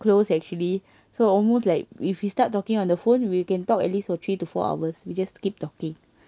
close actually so almost like if we start talking on the phone we can talk at least for three to four hours we just keep talking